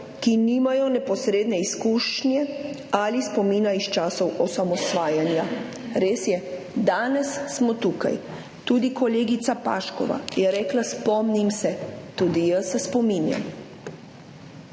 ki nimajo neposredne izkušnje ali spomina iz časov osamosvajanja. Res je, danes smo tukaj. Tudi kolegica Paškova je rekla, spomnim se. Tudi jaz se spominjam.